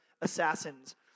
assassins